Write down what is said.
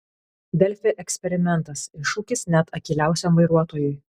delfi eksperimentas iššūkis net akyliausiam vairuotojui